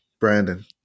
Brandon